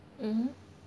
mmhmm